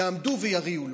יעמדו ויריעו לו.